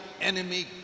enemy